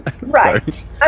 Right